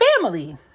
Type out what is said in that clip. family